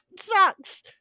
sucks